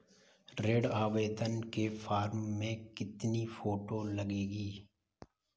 ऋण आवेदन के फॉर्म में कितनी फोटो लगेंगी?